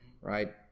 right